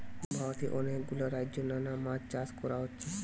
ভারতে অনেক গুলা রাজ্যে নানা মাছ চাষ কোরা হচ্ছে